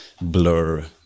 blur